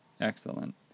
Excellent